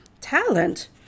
Talent